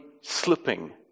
slipping